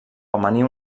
amanir